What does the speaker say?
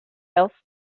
else